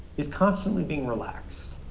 is constantly being relaxed.